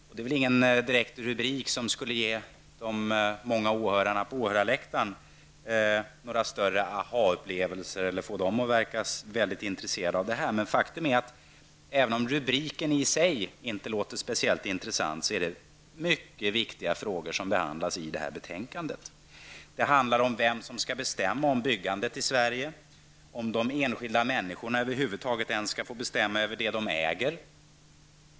Det är väl inte direkt inte rubrik som ger de många åhörarna på åhörarläktaren några större aha-upplevelser eller får dem att bli mycket intresserade av detta. Men det är mycket viktiga frågor som behandlas i detta betänkande. Det handlar om vem som skall bestämma över byggandet i Sverige och om de enskilda människorna över huvud taget ens skall få bestämma över det de äger.